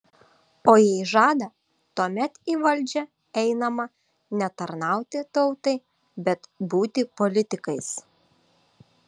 o jei žada tuomet į valdžią einama ne tarnauti tautai bet būti politikais